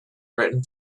written